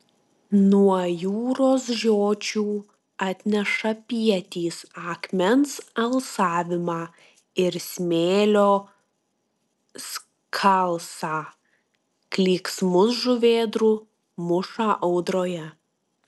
nuo jūros žiočių atneša pietys akmens alsavimą ir smėlio skalsą klyksmus žuvėdrų mūšą audroje